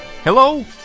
Hello